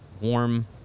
warm